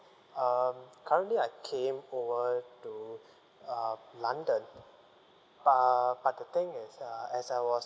um currently I came over to uh london uh but but the thing is uh as I was